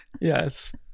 yes